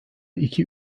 iki